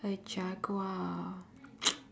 a jaguar